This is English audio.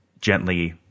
gently